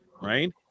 Right